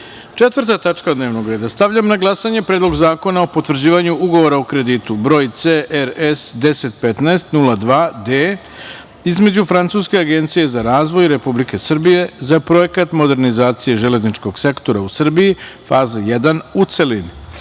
zakona. Četvrta tačka dnevnog reda – stavljam na glasanje Predlog zakona o potvrđivanju Ugovora o kreditu br. CRS 1015 02 D između Francuske agencije za razvoj i Republike Srbije za Projekat modernizacije železničkog sektora u Srbiji Faza 1, u celini. Molim